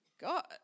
God